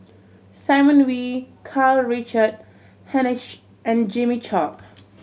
Simon Wee Karl Richard Hanitsch and Jimmy Chok